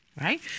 right